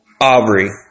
Aubrey